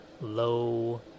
low